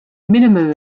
minimum